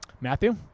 Matthew